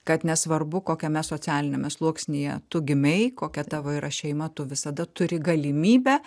kad nesvarbu kokiame socialiniame sluoksnyje tu gimei kokia tavo yra šeima tu visada turi galimybę